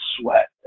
sweat